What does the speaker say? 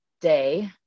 day